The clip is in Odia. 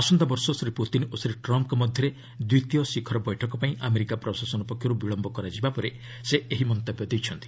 ଆସନ୍ତା ବର୍ଷ ଶ୍ରୀ ପୁତିନ୍ ଓ ଶ୍ରୀ ଟ୍ରମ୍ପ୍ଙ୍କ ମଧ୍ୟରେ ଦ୍ୱିତୀୟ ଶିଖର ବୈଠକ ପାଇଁ ଆମେରିକା ପ୍ରଶାସନ ପକ୍ଷର୍ ବିଳମ୍ବ କରାଯିବା ପରେ ସେ ଏହି ମନ୍ତବ୍ୟ ଦେଇଛନ୍ତି